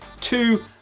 two